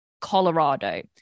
Colorado